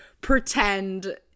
pretend